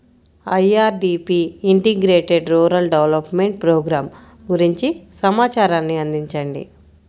IRDP integrated rural development programme గురించి సమాచారాన్ని అందించండి?